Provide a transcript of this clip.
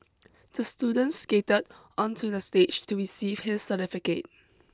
the student skated onto the stage to receive his certificate